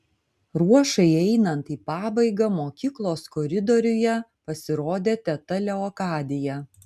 ruošai einant į pabaigą mokyklos koridoriuje pasirodė teta leokadija